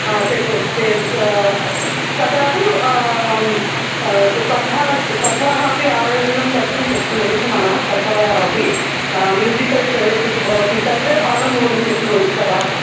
हा शक्यते चेत् तदा तु स्पर्धा स्पर्धानाम् अपि आयोजनं कर्तुं सक्नु शक्नुमः स्पर्धायाः अपि म्यूसिकल् चेर्स् इति भवति सर्वे भागं वोढुं शक्नुवन्ति तथा तु